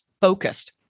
focused